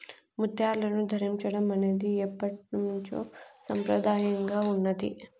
ముత్యాలను ధరించడం అనేది ఎప్పట్నుంచో సంప్రదాయంగా ఉన్నాది